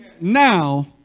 now